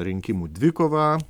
rinkimų dvikova